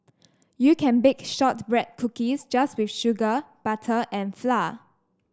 you can bake shortbread cookies just with sugar butter and flour